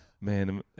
Man